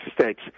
States